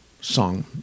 song